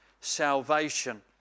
salvation